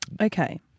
Okay